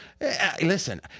Listen